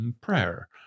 prayer